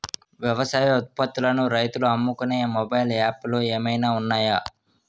వ్యవసాయ ఉత్పత్తులను రైతులు అమ్ముకునే మొబైల్ యాప్ లు ఏమైనా ఉన్నాయా?